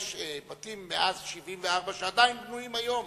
יש בתים מאז 1974 שעדיין בנויים היום,